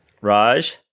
Raj